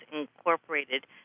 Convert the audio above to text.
incorporated